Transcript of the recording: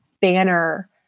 banner